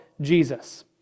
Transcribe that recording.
Jesus